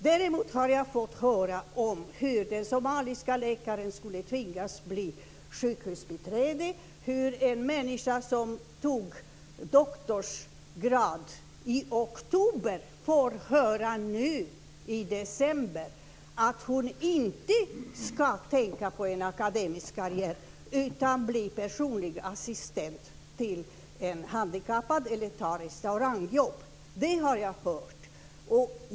Däremot har jag fått höra om hur den somaliska läkaren skulle tvingas bli sjukhusbiträde och om hur en människa som fick doktorsgrad i oktober nu i december får höra att hon inte ska tänka på en akademisk karriär utan på att bli personlig assistent till en handikappad eller på att ta restaurangjobb. Det har jag hört.